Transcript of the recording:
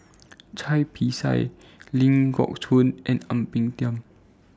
Cai Bixia Ling Geok Choon and Ang Peng Tiam